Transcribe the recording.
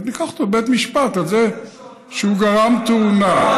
ניקח אותו לבית משפט על זה שהוא גרם תאונה.